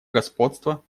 господства